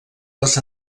les